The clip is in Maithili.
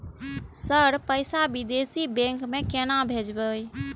सर पैसा विदेशी बैंक में केना भेजबे?